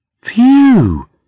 Phew